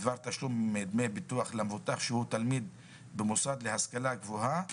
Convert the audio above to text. שההפחתה בתשלום דמי ביטוח למבוטח שהוא תלמיד להשכלה גבוהה